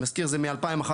מזכיר זה מ-2011,